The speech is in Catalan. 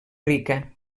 rica